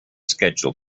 schedule